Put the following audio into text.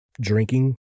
drinking